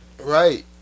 right